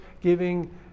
giving